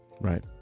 Right